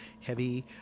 heavy